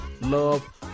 love